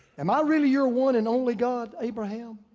am i really your one and only god, abraham?